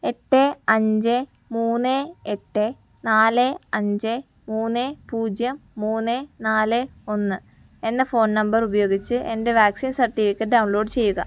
എട്ട് അഞ്ച് മൂന്ന് എട്ട് നാല് അഞ്ച് മൂന്ന് പൂജ്യം മൂന്ന് നാല് ഒന്ന് എന്ന ഫോൺ നമ്പർ ഉപയോഗിച്ച് എന്റെ വാക്സിൻ സർട്ടിഫിക്കറ്റ് ഡൗൺലോഡ് ചെയ്യുക